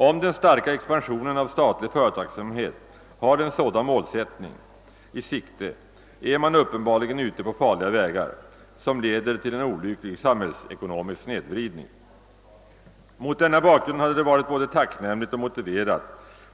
Om den starka expansionen av statlig företagsamhet har en sådan målsättning i sikte, är man uppenbarligen ute på farliga vägar, som leder till en olycklig samhällsekonomisk snedvridning. Mot denna bakgrund hade det varit både tacknämligt och motiverat,